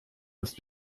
ist